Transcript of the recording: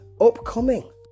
Upcoming